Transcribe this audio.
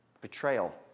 Betrayal